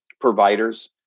providers